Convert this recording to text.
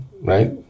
right